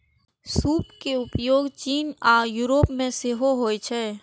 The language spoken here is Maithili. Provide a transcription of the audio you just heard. सूप के उपयोग चीन आ यूरोप मे सेहो होइ छै